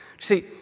See